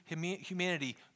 humanity